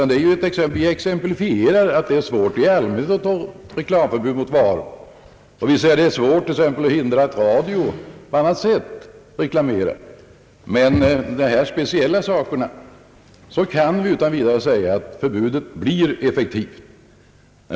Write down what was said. Det är naturligtvis svårt att förhindra påverkan t.ex. via Sveriges radio, men jag kan utan vidare säga att på de områden där förbudet råder kommer det också att bli effektivt.